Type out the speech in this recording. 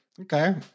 Okay